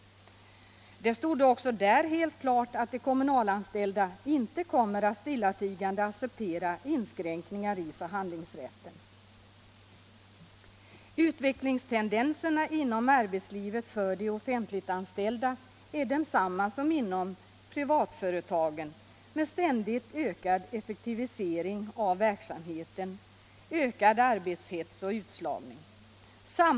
Det stod också där helt klart att de kommunalanställda inte kommer att stillatigande acceptera inskränkningar i förhandlingsrätten. Utvecklingstendenserna inom arbetslivet mot ständigt ökad effektivisering av verksamheten, ökad arbetshets och utslagning är desamma för de offentligt anställda som för de privatanställda.